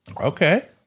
Okay